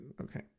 Okay